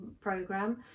program